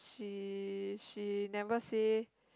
she she never say